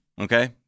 Okay